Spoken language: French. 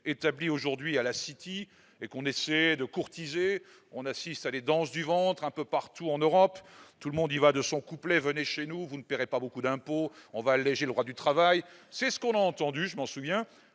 établi aujourd'hui à la City et qu'on essaie de courtiser, on assiste à des danses du ventre un peu partout en Europe, tout le monde y va de son couplet : venez chez nous vous ne paierez pas beaucoup d'impôts, on va alléger le droit du travail, c'est ce qu'on a entendu, je m'en souviens